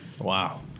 Wow